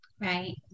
Right